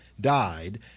died